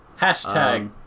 Hashtag